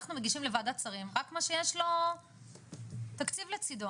אנחנו מגישים לוועדת שרים רק מה שיש לו תקציב לצידו.